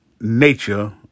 nature